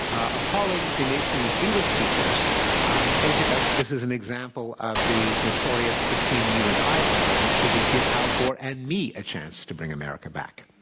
appalling the nation's english teachers who pointed out that this is an example of the notorious between you and i error. and it should be give al gore and me a chance to bring america back.